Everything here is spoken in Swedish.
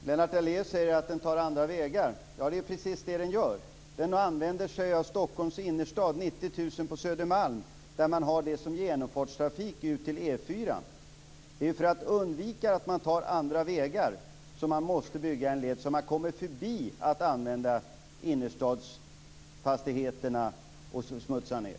Fru talman! Lennart Daléus talar om att ta andra vägar. Det är precis så det är. Stockholms innerstad används. 90 000 människor på Södermalm har den här vägen som genomfartsled ut till E 4:an. Det är för att undvika att man tar andra vägar som vi måste bygga en led så att vi kommer förbi att använda innerstadsfastigheterna och smutsa ned.